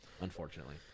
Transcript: unfortunately